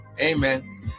Amen